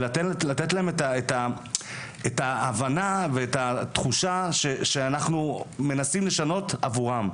ולתת להם את ההבנה ואת התחושה שאנחנו מנסים לשנות עבורם.